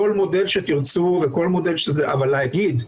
כל מודל שתרצו וכל מודל, אבל להגיד: